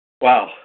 Wow